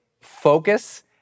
focus